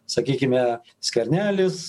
sakykime skvernelis